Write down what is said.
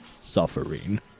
suffering